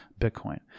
Bitcoin